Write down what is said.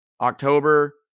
October